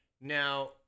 Now